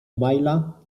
maila